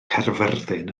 caerfyrddin